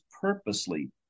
purposely